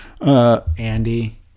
Andy